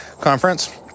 Conference